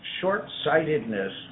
short-sightedness